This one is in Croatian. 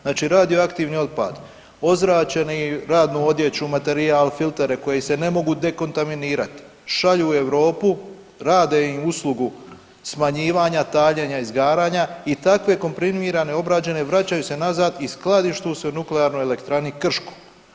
Znači radioaktivni otpad, ozračenu radnu odjeću, materijal, filtere koji se ne mogu dekontaminirati šalju u Europu, rade im uslugu smanjivanja, taljenja, izgaranja i takve komprimirane, obrađene vraćaju se nazad i skladište se u nuklearnoj elektrani Krško.